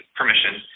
permission